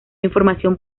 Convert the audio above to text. información